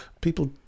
people